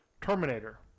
Terminator